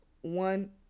one